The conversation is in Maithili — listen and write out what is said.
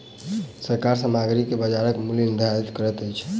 सरकार सामग्री के बजारक मूल्य निर्धारित करैत अछि